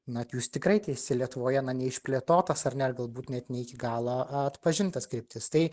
na jūs tikrai teisi lietuvoje na neišplėtotas ar ne ir galbūt net ne iki galo atpažintas kryptis tai